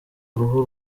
uruhu